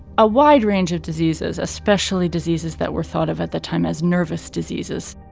a wide range of diseases, especially diseases that were thought of at the time as nervous diseases